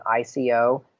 ICO